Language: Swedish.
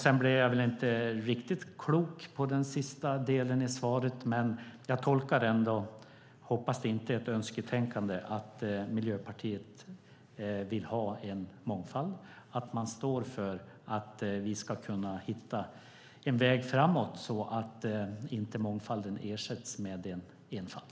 Jag blev väl inte särskilt klok vad gäller den sista delen av repliken, men jag tolkar det så - hoppas att det inte är ett önsketänkande - att Miljöpartiet vill ha mångfald och står för att vi ska hitta en väg framåt så att mångfalden inte ersätts av enfald.